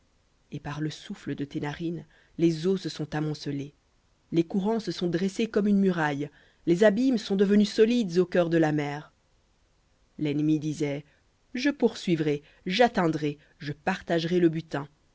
et par le souffle de tes narines les eaux se sont amoncelées les courants se sont dressés comme une muraille les abîmes sont devenus solides au cœur de la mer lennemi disait je poursuivrai j'atteindrai je partagerai le butin